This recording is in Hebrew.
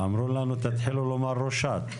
אמרו לנו, תתחילו להגיד ראשת.